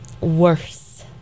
Worse